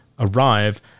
arrive